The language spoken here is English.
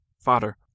Father